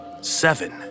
Seven